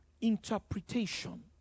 Interpretation